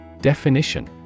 Definition